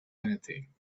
anything